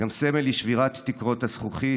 היא גם סמל לשבירת תקרות הזכוכית.